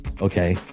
okay